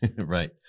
right